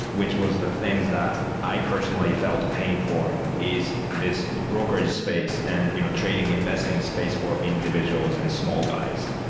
which was the things that i personally felt paying for is this brokerage space and you know trading, investing space for individuals and small guys.